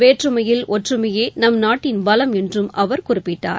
வேற்றுமையில் ஒற்றுமையே நம்நாட்டின் பலம் என்றும் அவர் குறிப்பிட்டார்